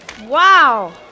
Wow